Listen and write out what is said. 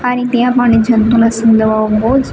આ રીતે આપણને જંતુનાશક દવાઓ જ